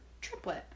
triplet